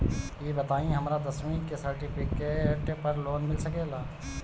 ई बताई हमरा दसवीं के सेर्टफिकेट पर लोन मिल सकेला?